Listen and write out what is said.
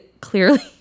clearly